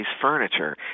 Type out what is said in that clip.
furniture